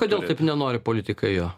kodėl taip nenori politikai jo